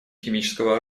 химического